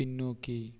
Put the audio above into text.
பின்னோக்கி